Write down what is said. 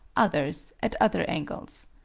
others at other angles.